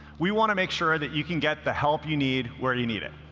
we want to make sure that you can get the help you need where you need it.